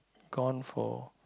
gone for